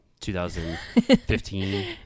2015